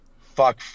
fuck